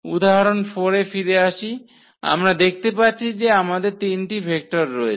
উদাহরণ 4 এ ফিরে আসি আমরা দেখতে পাচ্ছি যে আমাদের তিনটি ভেক্টর রয়েছে